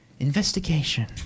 Investigation